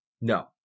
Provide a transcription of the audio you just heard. No